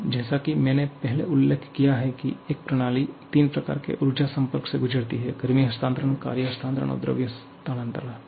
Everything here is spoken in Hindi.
अब जैसा कि मैंने पहले उल्लेख किया है कि एक प्रणाली तीन प्रकार के ऊर्जा संपर्क से गुजर सकती है गर्मी हस्तांतरण कार्य हस्तांतरण और द्रव्यमान स्थानांतरण